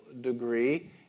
degree